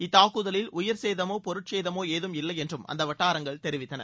இத்தாக்குதலில் உயிர்சேதமும் பொருள்சேதமும் ஏதும் இல்லையென்றும் அந்த வட்டாரங்கள் தெரிவித்தன